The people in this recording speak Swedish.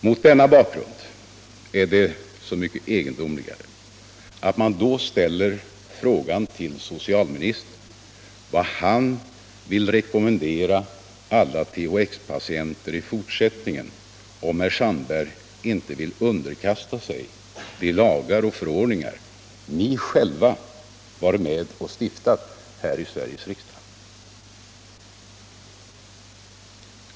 Mot denna bakgrund är det så mycket egendomligare att man frågar socialministern vad han vill rekommendera alla THX-patienter i fortsättningen, om dr Sandberg inte vill underordna sig de lagar och förordningar man själv varit med om att stifta.